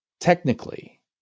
technically